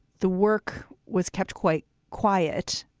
the work was kept quite quiet.